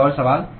कोई और सवाल